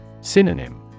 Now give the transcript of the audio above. Synonym